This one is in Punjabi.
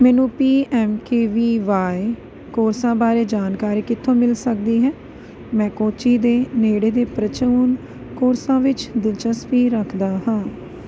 ਮੈਨੂੰ P M K V Y ਕੋਰਸਾਂ ਬਾਰੇ ਜਾਣਕਾਰੀ ਕਿੱਥੋਂ ਮਿਲ ਸਕਦੀ ਹੈ ਮੈਂ ਕੋਚੀ ਦੇ ਨੇੜੇ ਦੇ ਪ੍ਰਚੂਨ ਕੋਰਸਾਂ ਵਿੱਚ ਦਿਲਚਸਪੀ ਰੱਖਦਾ ਹਾਂ